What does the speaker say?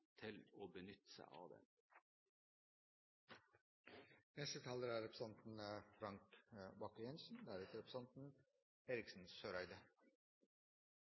til å benytte seg av den. Jeg er